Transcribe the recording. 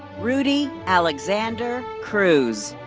rudy alexander cruz.